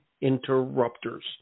Interrupters